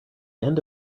end